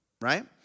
right